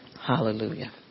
hallelujah